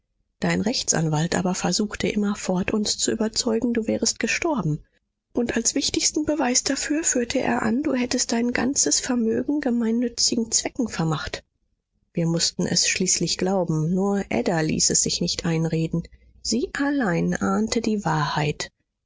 dein rechtsanwalt aber versuchte immerfort uns zu überzeugen du wärest gestorben und als wichtigsten beweis dafür führte er an du hättest dein ganzes vermögen gemeinnützigen zwecken vermacht wir mußten es schließlich glauben nur ada ließ es sich nicht einreden sie allein ahnte die wahrheit